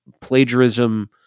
plagiarism